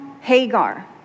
Hagar